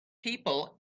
people